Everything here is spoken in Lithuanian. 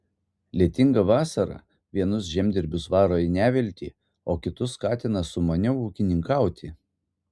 lietinga vasara vienus žemdirbius varo į neviltį o kitus skatina sumaniau ūkininkauti